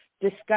discuss